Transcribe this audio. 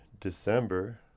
December